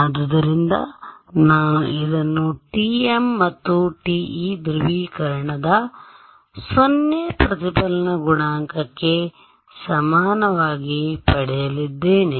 ಆದ್ದರಿಂದ ನಾನು ಇದನ್ನು TM ಮತ್ತು TE ಧ್ರುವೀಕರಣದ 0 ಪ್ರತಿಫಲನ ಗುಣಾಂಕಕ್ಕೆ ಸಮನಾಗಿ ಪಡೆಯಲಿದ್ದೇನೆ